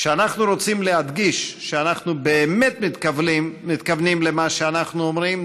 כשאנחנו רוצים להדגיש שאנחנו באמת מתכוונים למה שאנחנו אומרים,